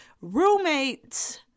roommates